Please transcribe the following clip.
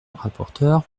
rapporteur